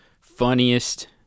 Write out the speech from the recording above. funniest